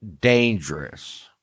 dangerous